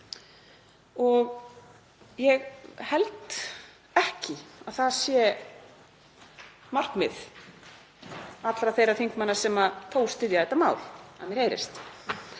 Ég held ekki að það sé markmið allra þeirra þingmanna sem þó styðja þetta mál að mér heyrist.